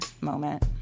moment